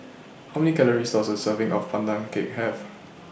How Many Calories Does A Serving of Pandan Cake Have